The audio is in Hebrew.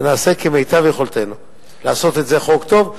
ונעשה כמיטב יכולתנו לעשות את זה חוק טוב.